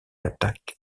attaque